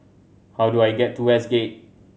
how do I get to Westgate